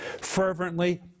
fervently